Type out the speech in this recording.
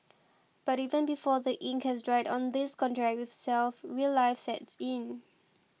but even before the ink has dried on this contract with self real life sets in